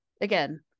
again